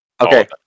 Okay